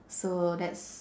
so that's